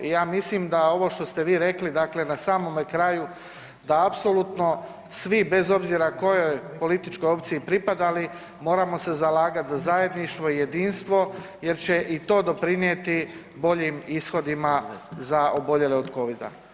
I ja mislim da ovo što ste vi rekli na samome kraju, da apsolutno svi bez obzira kojoj političkoj opciji pripadali moramo se zalagati za zajedništvo i jedinstvo jer će i do doprinijeti boljim ishodima za oboljele od covida.